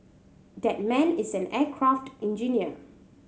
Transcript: that man is an aircraft engineer